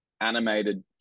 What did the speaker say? animated